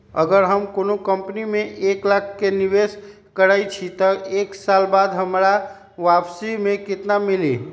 अगर हम कोई कंपनी में एक लाख के निवेस करईछी त एक साल बाद हमरा वापसी में केतना मिली?